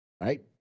Right